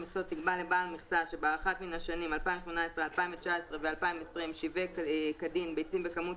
בחלוקה של 25 מכסות בעדיפות לאומית: "ובלבד שלא נקבעה